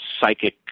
psychic